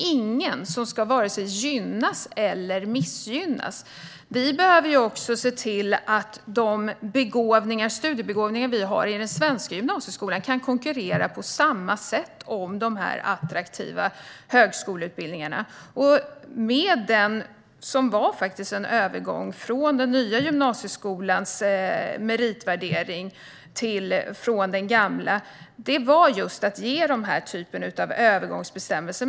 Ingen ska vare sig gynnas eller missgynnas. Vi behöver också se till att de studiebegåvningar vi har i den svenska gymnasieskolan kan konkurrera på samma villkor om de attraktiva högskoleutbildningarna. Vad gäller övergången till den nya gymnasieskolans meritvärdering från den gamla ville man ge just den här typen av övergångsbestämmelser.